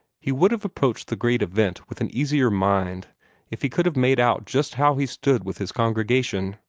he would have approached the great event with an easier mind if he could have made out just how he stood with his congregation.